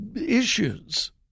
issues